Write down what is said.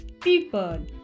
people